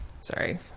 sorry